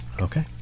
Okay